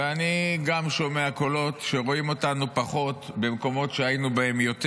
ואני גם שומע קולות שרואים אותנו פחות במקומות שהיינו בהם יותר,